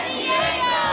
Diego